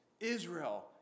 Israel